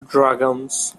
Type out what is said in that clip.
dragons